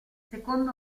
secondo